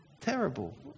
terrible